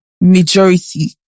majority